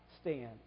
stand